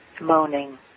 moaning